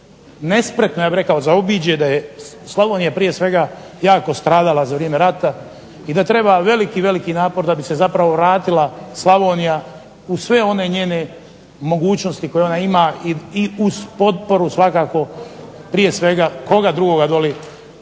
nespretno ja bih rekao zaobiđe da je Slavonija prije svega jako stradala za vrijeme rata i da treba veliki, veliki napor da bi se zapravo vratila Slavonija u sve one njene mogućnosti koje ona ima i uz potporu svakako, prije svega koga drugoga doli